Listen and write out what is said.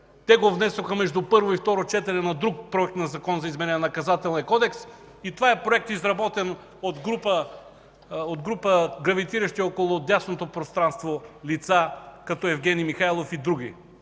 Внесоха го между първо и второ четене на друг Законопроект за изменение на Наказателния кодекс и това е проект, изработен от група гравитиращи около дясното пространство лица, като Евгений Михайлов и други.